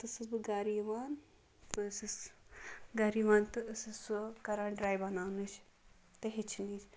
پَتہٕ ٲسٕس بہٕ گَرٕ یِوان بہٕ ٲسٕس گَرٕ یِوان تہٕ ٲسٕس سۅ کَران ٹرٛے بَناونٕچ تہٕ ہیٚچھنٕچ